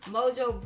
Mojo